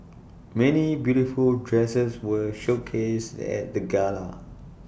many beautiful dresses were showcased at the gala